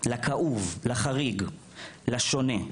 לכאוב, לחריג, לשונה,